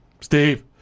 Steve